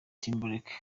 timberlake